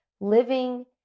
living